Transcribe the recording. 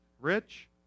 Rich